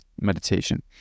meditation